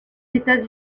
états